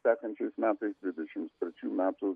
sekančiais metais dvidešims trečių metų